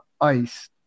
ICE